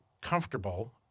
comfortable